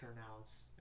turnouts